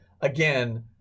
again